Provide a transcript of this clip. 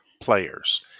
players